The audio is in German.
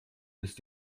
ist